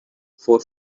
for